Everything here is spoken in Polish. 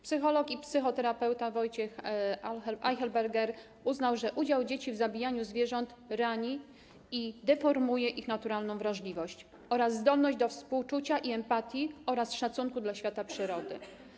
Psycholog i psychoterapeuta Wojciech Eichelberger uznał, że udział dzieci w zabijaniu zwierząt rani i deformuje ich naturalną wrażliwość oraz zdolność do współczucia i empatii oraz szacunku dla świata przyrody.